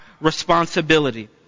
responsibility